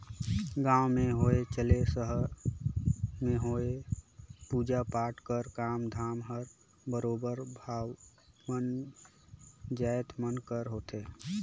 गाँव में होए चहे सहर में होए पूजा पाठ कर काम धाम हर बरोबेर बाभन जाएत मन कर होथे